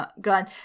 gun